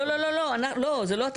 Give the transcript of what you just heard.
לא, לא, לא.